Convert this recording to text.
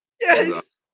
Yes